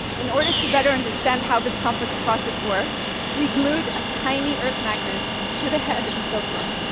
in order to better understand how this complex process works, we glued a tiny earth magnet to the head of a silkworm,